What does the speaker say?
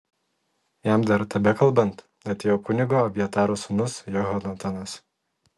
jam dar tebekalbant atėjo kunigo abjataro sūnus jehonatanas